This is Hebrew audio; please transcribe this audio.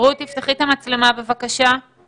יודעת שהממשלה יכולה לאשר גם במשאל טלפוני כשהיא